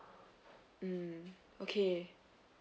mm okay